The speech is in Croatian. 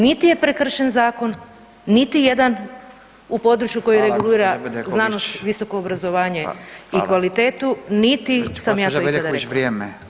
Niti je prekršen zakon, niti jedan, u području koje regulira znanost, visoko [[Upadica: Hvala.]] obrazovanje i kvalitetu niti [[Upadica: Gđa. Bedeković, vrijeme.]] sam ja to ikada rekla.